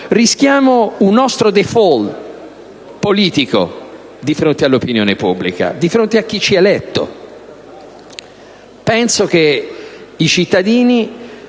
rischiamo un nostro *default* politico di fronte all'opinione pubblica, di fronte a chi ci ha eletto. Penso che i cittadini